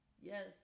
Yes